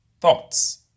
thoughts